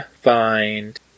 find